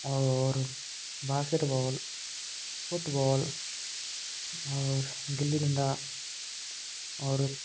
और basketball football और गिल्ली डंडा और